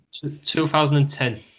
2010